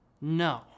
no